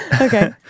Okay